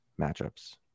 matchups